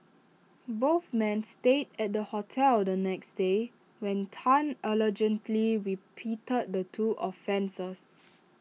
both men stayed at the hotel the next day when Tan allegedly repeated the two offences